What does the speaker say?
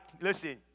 listen